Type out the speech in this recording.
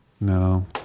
No